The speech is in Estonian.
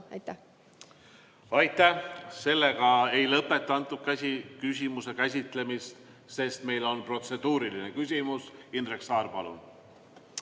palun! Aitäh! Sellega ma ei lõpeta antud küsimuse käsitlemist, sest meil on protseduuriline küsimus. Indrek Saar, palun!